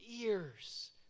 ears